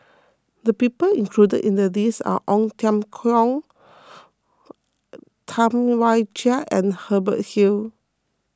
the people included in the list are Ong Tiong Khiam Tam Wai Jia and Hubert Hill